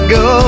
go